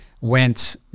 went